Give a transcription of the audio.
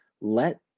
Let